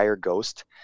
Ghost